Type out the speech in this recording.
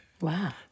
Wow